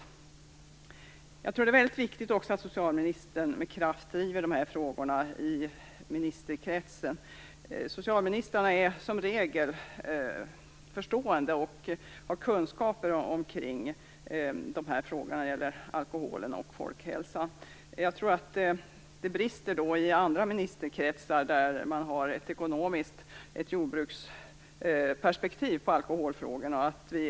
Jag tror att det är väldigt viktigt att socialministern med kraft driver dessa frågor i ministerkretsen. Socialministrarna är som regel förstående och har kunskaper kring frågorna om alkoholen och folkhälsan. Möjligen brister detta i andra ministerkretsar. Där har man ett mera ekonomiskt jordbruksperspektiv på alkoholfrågorna.